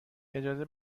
اجازه